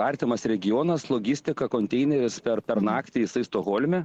artimas regionas logistika konteinerius per per naktį jisai stokholme